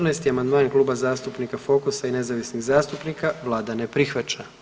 14. amandman Kluba zastupnika Fokusa i nezavisnih zastupnika, Vlada ne prihvaća.